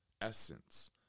essence